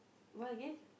what again